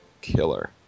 killer